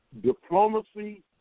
diplomacy